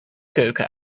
keuken